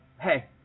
Hey